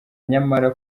nyamara